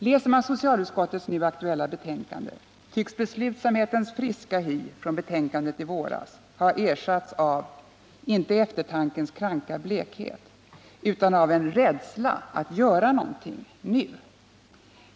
Läser man socialutskottets nu aktuella betänkande tycks beslutsamhetens friska hy från betänkandet i våras ha ersatts av — inte eftertankens kranka blekhet — utan av en rädsla att göra någonting nu.